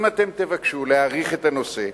אם תבקשו להאריך את הנושא,